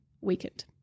weakened